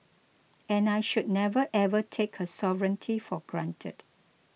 and I should never ever take her sovereignty for granted